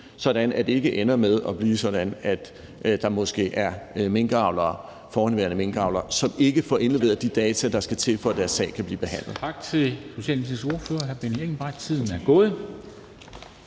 sådan at det ikke ender med at blive sådan, at der måske er forhenværende minkavlere, som ikke får indleveret de data, der skal til, for at deres sag kan blive behandlet. Kl. 10:27 Formanden (Henrik Dam Kristensen): Tak til Socialdemokratiets ordfører, hr. Benny Engelbrecht. Tiden er gået.